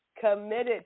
committed